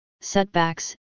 setbacks